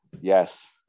yes